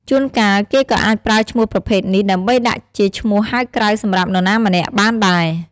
ជួនកាល គេក៏អាចប្រើឈ្មោះប្រភេទនេះ ដើម្បីដាក់ជាឈ្មោះហៅក្រៅសម្រាប់នរណាម្នាក់បានដែរ។